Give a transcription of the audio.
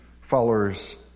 followers